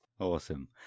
Awesome